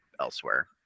elsewhere